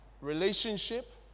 Relationship